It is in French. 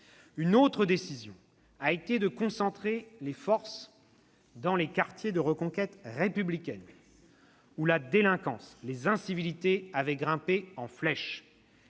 Une autre décision a été de concentrer les forces dans les quartiers de reconquête républicaine où la délinquance, les incivilités avaient grimpé en flèche.